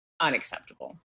unacceptable